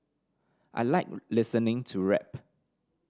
I like listening to rap